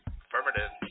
Affirmative